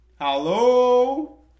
Hello